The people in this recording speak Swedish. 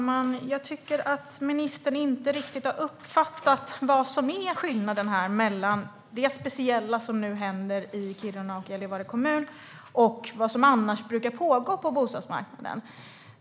Herr talman! Jag tycker inte riktigt att ministern har uppfattat vad skillnaden är mellan det speciella som nu händer i Kiruna och Gällivare kommuner och vad som annars brukar pågå på bostadsmarknaden.